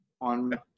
on